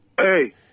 Hey